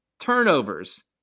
turnovers